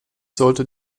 sollte